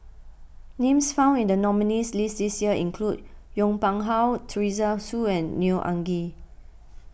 names found in the nominees' list this year include Yong Pung How Teresa Hsu and Neo Anngee